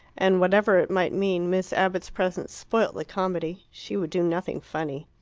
and whatever it might mean, miss abbott's presence spoilt the comedy she would do nothing funny.